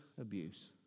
abuse